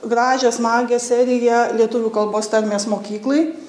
gražią smagią seriją lietuvių kalbos tarmės mokyklai